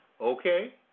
Okay